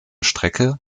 strecke